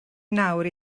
nawr